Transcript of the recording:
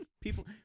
people